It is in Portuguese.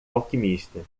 alquimista